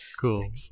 cool